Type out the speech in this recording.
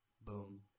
Boom